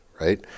Right